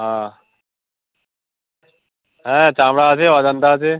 হাঁ হ্যাঁ চামড়া আছে অজন্তা আছে